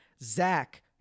Zach